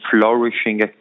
flourishing